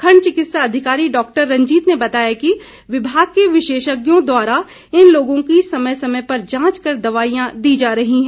खंड चिकित्सा अधिकारी डॉक्टर रंजीत ने बताया कि विभाग के विशेषज्ञों द्वारा इन लोगों की समय समय पर जांच कर दवाईयां दी जा रही हैं